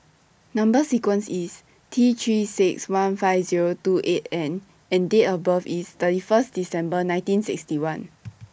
Number sequence IS T three six one five Zero two eight N and Date of birth IS thirty one December nineteen sixty one